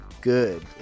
good